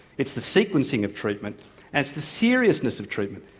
it's the sequencing of treatment and it's the seriousness of treatment.